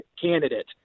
candidate